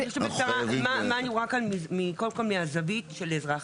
מה אני רואה כאן מהזווית של אזרח?